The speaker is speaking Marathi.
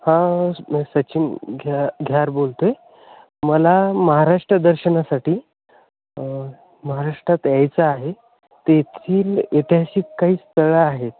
हां मी सचिन घ्या घ्यार बोलतो आहे मला महाराष्ट्र दर्शनासाठी महाराष्ट्रात यायचं आहे तेथील ऐतिहासिक काही स्थळं आहेत